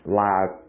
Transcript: live